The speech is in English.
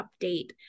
update